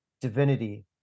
divinity